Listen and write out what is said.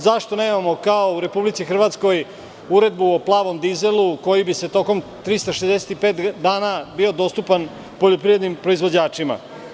Zašto nemamo, kao u Republici Hrvatskoj, uredbu o plavom dizelu, koji bi tokom 365 dana bio dostupan poljoprivrednim proizvođačima?